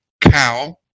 cow